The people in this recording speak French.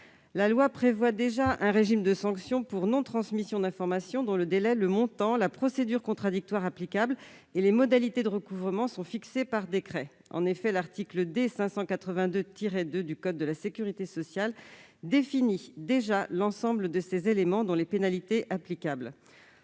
La loi prévoit déjà un régime de sanctions pour non-transmission d'informations, le délai, le montant, la procédure contradictoire applicable et les modalités de recouvrement étant fixés par décret. En effet, l'article D. 582-2 du code de la sécurité sociale définit déjà l'ensemble de ces éléments, dont les pénalités applicables.